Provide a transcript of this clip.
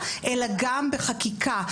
אלא גם בחקיקה.